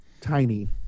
tiny